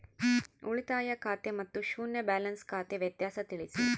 ಉಳಿತಾಯ ಖಾತೆ ಮತ್ತೆ ಶೂನ್ಯ ಬ್ಯಾಲೆನ್ಸ್ ಖಾತೆ ವ್ಯತ್ಯಾಸ ತಿಳಿಸಿ?